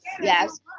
Yes